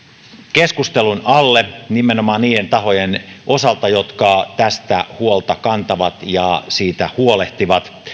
keskustelun alle nimenomaan niiden tahojen osalta jotka tästä huolta kantavat ja siitä huolehtivat